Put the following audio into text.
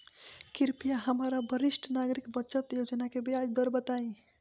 कृपया हमरा वरिष्ठ नागरिक बचत योजना के ब्याज दर बताइं